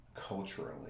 culturally